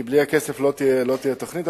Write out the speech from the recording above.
כי בלי הכסף לא תהיה תוכנית.